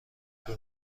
طول